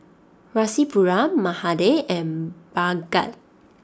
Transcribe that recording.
Rasipuram Mahade and Bhagat